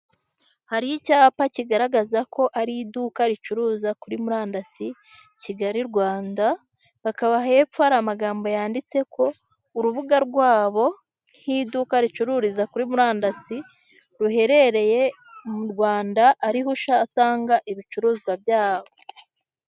Hari icyapa kigaragaza ko ari iduka ricuruza kuri murandasi, Kigali Rwanda, bakaba hepfo hari amagambo yanditse ko, urubuga rwabo nk'iduka ricururiza kuri murandasi, ruherereye mu Rwanda ariho usanga ibicuruzwa byabo.